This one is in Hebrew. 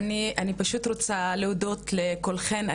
אני פשוט רוצה להודות לכולכן,